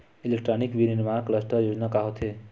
Electronic विनीर्माण cluster योजना का होथे?